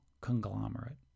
conglomerate